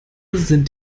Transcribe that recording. sind